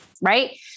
right